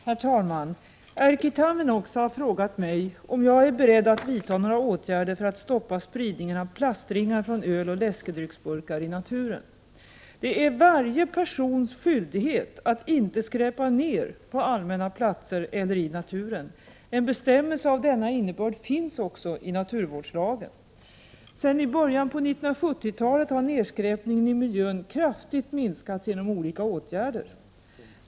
Herr talman! Erkki Tammenoksa har frågat mig om jag är beredd att vidta några åtgärder för att stoppa spridningen av plastringar från öloch läskedrycksburkar i naturen. Det är varje persons skyldighet att inte skräpa ner på allmänna platser eller i naturen. En bestämmelse av denna innebörd finns också i naturvårdslagen. Sedan i början på 1970-talet har nedskräpningen i miljön kraftigt minskat genom olika åtgärder.